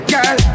Girl